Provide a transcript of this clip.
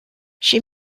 she